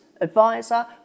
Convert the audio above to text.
advisor